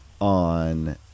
on